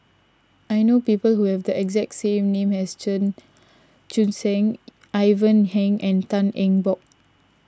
I know people who have the exact same name as Chen Ivan Heng and Tan Eng Bock